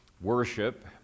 worship